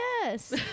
yes